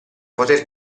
poter